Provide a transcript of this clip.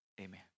amen